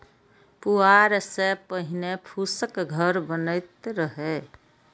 पुआर सं पहिने फूसक घर बनैत रहै